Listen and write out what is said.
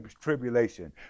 tribulation